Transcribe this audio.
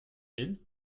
ils